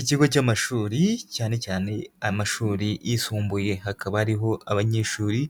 Ikigo cy'amashuri cyane cyane amashuri yisumbuye hakaba hariho abanyeshuri